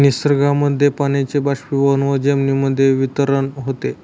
निसर्गामध्ये पाण्याचे बाष्पीभवन व जमिनीमध्ये वितरण होते